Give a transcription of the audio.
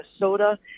Minnesota